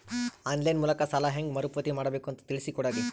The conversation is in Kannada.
ಆನ್ ಲೈನ್ ಮೂಲಕ ಸಾಲ ಹೇಂಗ ಮರುಪಾವತಿ ಮಾಡಬೇಕು ಅಂತ ತಿಳಿಸ ಕೊಡರಿ?